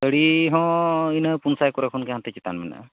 ᱥᱟᱹᱲᱤ ᱦᱚᱸ ᱤᱱᱟᱹ ᱯᱩᱱᱥᱟᱭ ᱠᱷᱚᱱ ᱦᱟᱱᱛᱮ ᱪᱮᱛᱟᱱ ᱢᱮᱱᱟᱜᱼᱟ